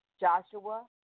Joshua